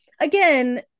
again